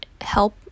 help